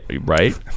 right